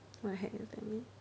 what the heck does that mean